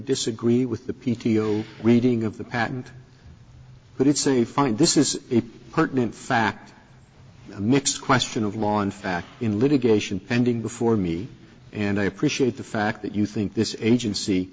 disagree with the p t o reading of the patent but it's a fine this is a pertinent fact a mixed question of law in fact in litigation pending before me and i appreciate the fact that you think this is agency